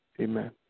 Amen